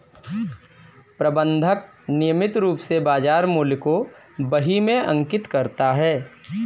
प्रबंधक नियमित रूप से बाज़ार मूल्य को बही में अंकित करता है